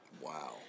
Wow